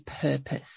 purpose